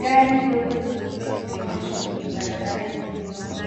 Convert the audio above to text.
Gari dogo jeupe limeegeshwa kwenye barabara yenye udongo,